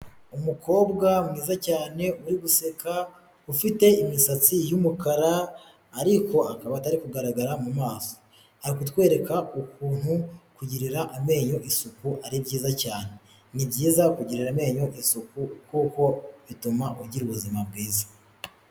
Umukobwa mwiza cyane, uri guseka, ufite imisatsi y'umukara, ariko akaba atari kugaragara mu maso. Ari kutwereka ukuntu kugirira amenyo isuku ari byiza cyane. Ni byiza kugirira amenyo isuku, kuko bituma ugira ubuzima bwiza.